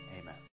Amen